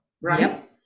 right